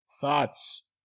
thoughts